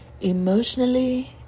emotionally